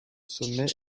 sommet